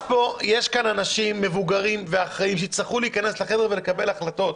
יש כאן אנשים מבוגרים ואחראים שיצטרכו להיכנס לחדר ולקבל החלטות.